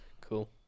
Cool